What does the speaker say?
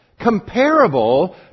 comparable